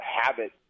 habit